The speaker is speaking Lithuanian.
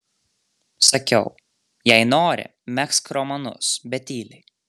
sakiau jei nori megzk romanus bet tyliai